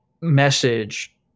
message